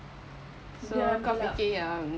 so kau fikir yang